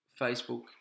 Facebook